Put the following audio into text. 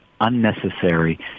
unnecessary